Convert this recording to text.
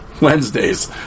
Wednesdays